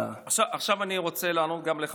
עכשיו אני רוצה לענות גם לך,